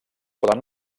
poden